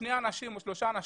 שני אנשים או שלושה אנשים,